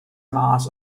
mass